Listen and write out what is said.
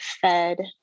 fed